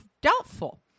Doubtful